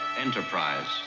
Enterprise